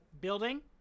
building